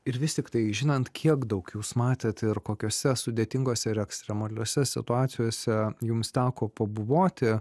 ir vis tiktai žinant kiek daug jūs matėt ir kokiose sudėtingose ir ekstremaliose situacijose jums teko pabuvoti